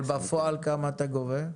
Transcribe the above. אבל בפועל כמה אתה גובה?